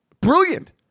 Brilliant